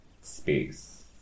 space